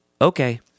okay